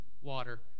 water